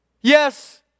Yes